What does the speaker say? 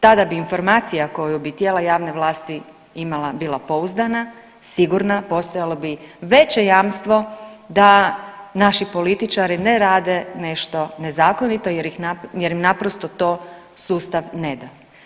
Tada bi informacija koju bi tijela javne vlasti imala bila pouzdana, sigurna, postojalo bi veće jamstvo da naši političari ne rade nešto nezakonito jer im naprosto to sustav ne da.